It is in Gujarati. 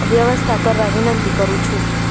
વ્યવસ્થા કરવા વિનંતી કરું છું